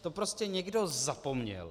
To prostě někdo zapomněl.